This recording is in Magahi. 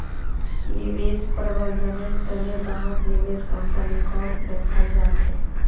निवेश प्रबन्धनेर तने बहुत निवेश कम्पनीको दखाल जा छेक